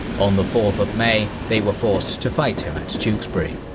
on the fourth of may, they were forced to fight him at tewkesbury.